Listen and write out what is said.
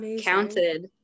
counted